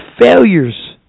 failures